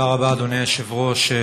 תודה רבה, אדוני היושב-ראש.